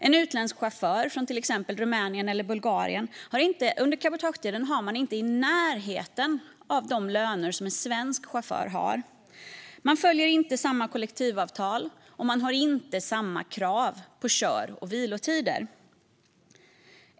En utländsk chaufför från till exempel Rumänien eller Bulgarien har under cabotagetiden inte i närheten av de löner som en svensk chaufför har. Man följer inte samma kollektivavtal, och man har inte samma krav på kör och vilotider.